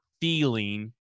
feeling